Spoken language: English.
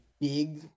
big